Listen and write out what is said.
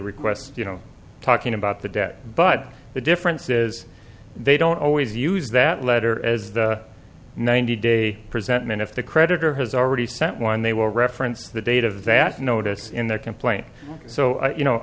requests you know talking about the debt but the difference is they don't always use that letter as the ninety day present minutes the creditor has already sent one they will reference the date a vat notice in their complaint so you know